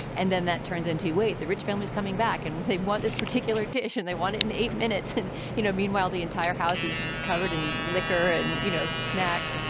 and then that turns in to wait the rich family's coming back and they want this particular dish. and they want it in eight minutes. and you know meanwhile the entire house is just covered in liquor and you know snacks.